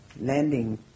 landing